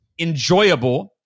enjoyable